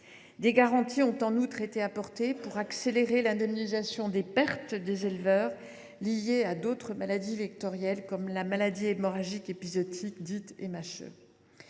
Des garanties ont, en outre, été apportées pour accélérer l’indemnisation des pertes des éleveurs liées à d’autres maladies vectorielles, comme la maladie hémorragique épizootique.